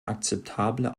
akzeptable